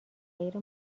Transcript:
غیر